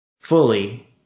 fully